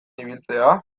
ibiltzea